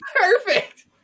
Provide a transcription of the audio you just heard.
perfect